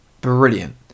brilliant